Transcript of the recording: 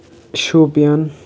Shopian